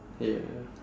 yeah